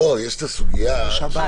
יש את הסוגיה --- מה?